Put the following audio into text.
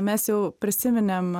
mes jau prisiminėme